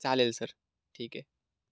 चालेल सर ठीक आहे